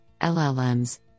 LLMs